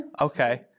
okay